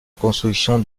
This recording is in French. reconstruction